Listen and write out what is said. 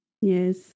yes